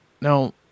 Now